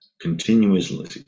continuously